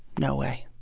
no way.